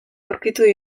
aurkituko